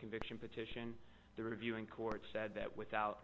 conviction petition the reviewing court said that without